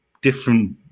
different